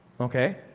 Okay